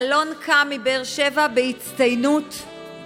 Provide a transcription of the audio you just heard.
אלון קאמי באר שבע בהצטיינות